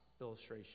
illustration